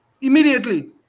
immediately